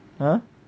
!huh!